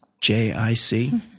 J-I-C